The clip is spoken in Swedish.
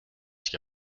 ska